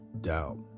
doubt